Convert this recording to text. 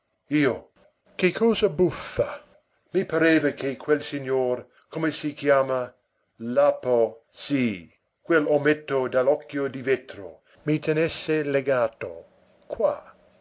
io che cosa buffa i pareva che quel signor come si chiama lapo sì quell'ometto dall'occhio di vetro mi tenesse legato qua